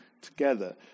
together